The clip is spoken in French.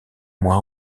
mois